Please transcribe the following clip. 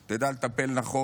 ידעו לטפל נכון